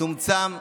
צומצמו,